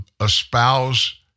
espouse